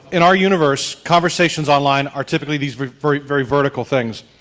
in our universe, conversations online are typically these very very vertical things.